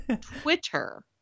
twitter